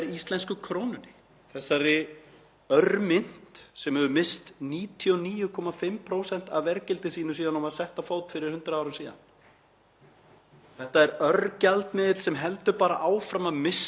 Þetta er örgjaldmiðill sem heldur bara áfram að missa verðgildi sitt ár frá ári, okkur öllum til skaða. Við skulum kannski segja flestum en ekki öllum því að það eru jú einhverjir sem því miður hagnast